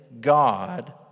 God